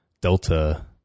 Delta